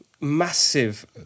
massive